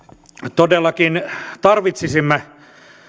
todellakin tarvitsisimme